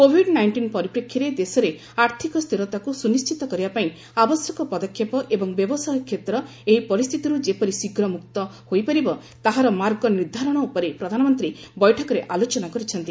Covid nineteen ପରିପ୍ରେକ୍ଷୀରେ ଦେଶରେ ଆର୍ଥକ ସ୍ଥିରତାକୁ ସୁନିଶ୍ଚିତ କରିବାପାଇଁ ଆବଶ୍ୟକ ପଦକ୍ଷେପ ଏବଂ ବ୍ୟବସାୟ କ୍ଷେତ୍ର ଏହି ପରିସ୍ଥିତିରୁ ଯେପରି ଶୀଘ୍ର ମୁକ୍ତ ହୋଇପାରିବ ତାହାର ମାର୍ଗ ନିର୍ଦ୍ଧାରଣ ଉପରେ ପ୍ରଧାନମନ୍ତ୍ରୀ ବୈଠକରେ ଆଲୋଚନା କରିଛନ୍ତି